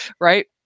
right